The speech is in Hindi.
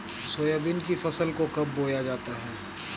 सोयाबीन की फसल को कब बोया जाता है?